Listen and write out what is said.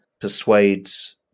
persuades